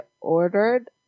ordered